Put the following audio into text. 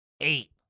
eight